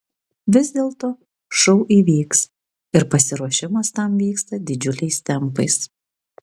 vis dėlto šou įvyks ir pasiruošimas tam vyksta didžiuliais tempais